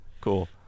Cool